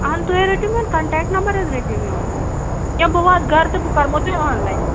آہن تُہۍ رٔٹِو میٛون کَنٹیکٹ نمبر حظ رٔٹِو میٛون تُہۍ یا بہٕ واتہٕ گرٕ تہٕ بہٕ کرٕہو تۄہہِ آنلایَن